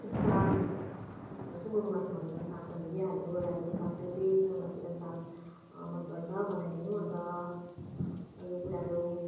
साग सुँगुरको मासुमा त झन् साग त मिलिहाल्यो रायोको साग त्यही सुँगुरको मासु र साग मनपर्छ बनाइदिनु अन्त अरू कुराहरू